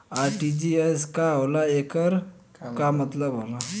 RTGS का होला एकर का मतलब होला?